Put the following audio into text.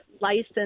license